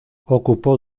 ocupó